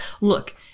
Look